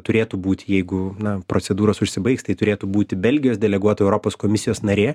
turėtų būti jeigu na procedūros užsibaigs tai turėtų būti belgijos deleguota europos komisijos narė